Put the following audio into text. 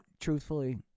truthfully